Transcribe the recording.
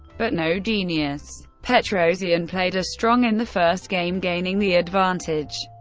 but no genius. petrosian played a strong in the first game, gaining the advantage,